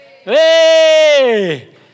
Hey